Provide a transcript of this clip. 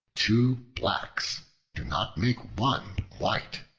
two blacks do not make one white.